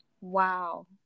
Wow